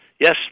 yes